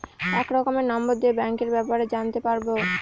এক রকমের নম্বর দিয়ে ব্যাঙ্কের ব্যাপারে জানতে পারবো